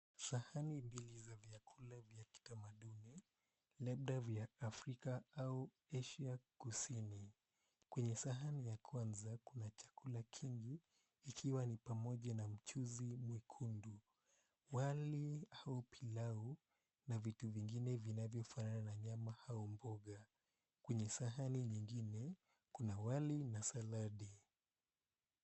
Sahani mbili za vyakula vya kitamaduni, labda vya Afrika au Asia Kusini. Kwenye sahani ya kwanza, kuna chakula kingi, ikiwa ni pamoja na mchuzi mwekundu, wali au pilau na vitu vingine vinavyofanana na nyama au mboga. Kwenye sahani nyingine kuna wali na saladi.